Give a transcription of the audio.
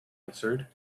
answered